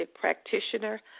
practitioner